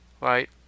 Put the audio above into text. right